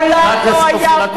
לא לבכות, לא לבכות.